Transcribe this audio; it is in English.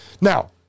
Now